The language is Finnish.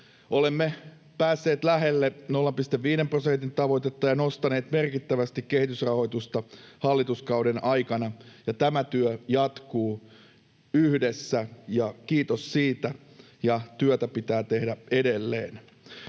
Olemme päässeet lähelle 0,5 prosentin tavoitetta ja nostaneet merkittävästi kehitysrahoitusta hallituskauden aikana. Tämä työ jatkuu, yhdessä — kiitos siitä. Työtä pitää tehdä edelleen.